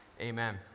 amen